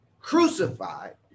crucified